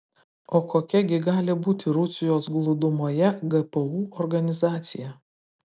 o kokia gi gali būti rusijos glūdumoje gpu organizacija